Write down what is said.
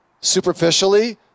superficially